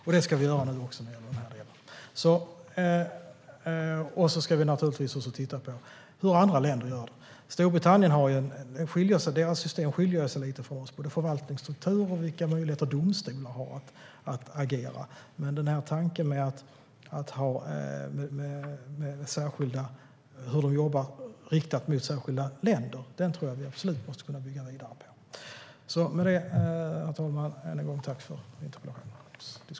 Det ska vi nu också göra när det gäller den här delen. Vi ska också titta på hur andra länder gör det. Storbritannien har ett system som skiljer sig lite grann från vårt. Det gäller både förvaltningsstruktur och vilka möjligheter domstolar har att agera. Tanken med att jobba riktat särskilt mot olika länder tror jag att vi absolut måste kunna bygga vidare på. Med det vill jag än en gång tacka för interpellationsdebatten.